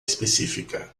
específica